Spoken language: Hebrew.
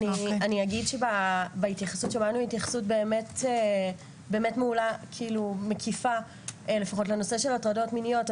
שמענו התייחסות מעולה ומקיפה בנושא הטרדות מיניות,